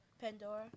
Pandora